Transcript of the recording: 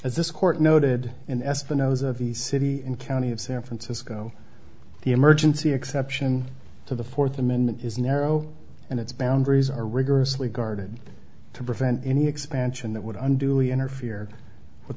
as this court noted in espinosa of the city and county of san francisco the emergency exception to the fourth amendment is narrow and its boundaries are rigorously guarded to prevent any expansion that would undo interfere with